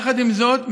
יחד עם זאת,